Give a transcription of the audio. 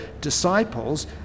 disciples